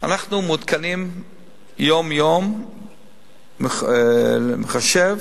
אנחנו מעודכנים יום-יום במחשב